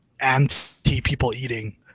anti-people-eating